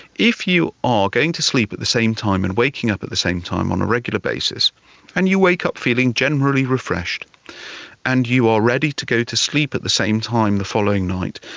if you are going to sleep at the same time and waking up at the same time on a regular basis and you wake up feeling generally refreshed and you are ready to go to sleep at the same time the following night,